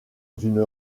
une